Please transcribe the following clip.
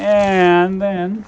and then